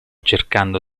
cercando